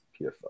PFL